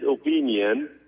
opinion